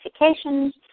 notifications